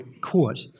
court